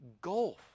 gulf